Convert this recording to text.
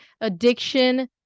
addiction